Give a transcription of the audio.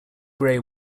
grey